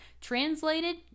Translated